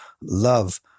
love